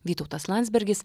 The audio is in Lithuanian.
vytautas landsbergis